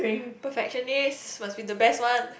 perfectionist must be the best one